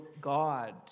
God